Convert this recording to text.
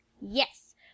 Yes